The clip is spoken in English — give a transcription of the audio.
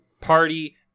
party